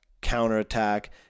counterattack